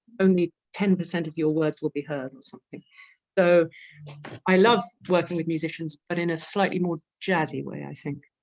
only ten of your words will be heard or something so i love working with musicians but in a slightly more jazzy way i think.